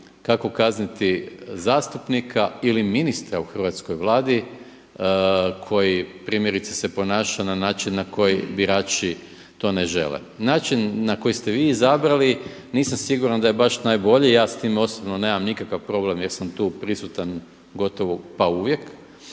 kako kazniti zastupnika ili ministra u hrvatskoj Vladi koji primjerice se ponaša na način na koji birači to ne žele. Način na koji ste vi izabrali, nisam siguran da je baš najbolji, ja sa time osobno nemam nikakav problem jer sam tu prisutan gotovo pa uvijek